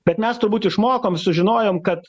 bet mes turbūt išmokom sužinojom kad